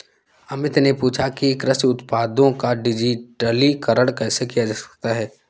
अमित ने पूछा कि कृषि उत्पादों का डिजिटलीकरण कैसे किया जा सकता है?